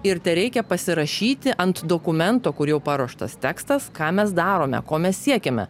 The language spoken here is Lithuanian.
ir tereikia pasirašyti ant dokumento kur jau paruoštas tekstas ką mes darome ko mes siekiame